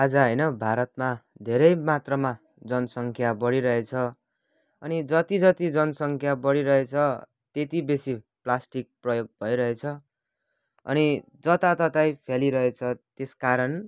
आज होइन भारतमा धेरै मात्रामा जनसङ्ख्या बढिरहेछ अनि जति जति जनसङ्ख्या बढिरहेछ त्यति बेसी प्लास्टिक प्रयोग भइरहेछ अनि जताततै फ्यालिरहेछ त्यसकारण